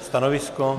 Stanovisko?